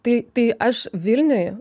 tai tai aš vilniuj